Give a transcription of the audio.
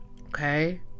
okay